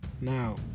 now